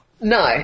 No